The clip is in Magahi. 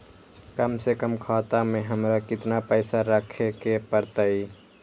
कम से कम खाता में हमरा कितना पैसा रखे के परतई?